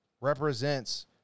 represents